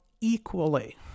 equally